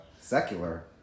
secular